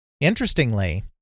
Interestingly